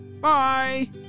Bye